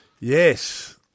Yes